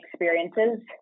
experiences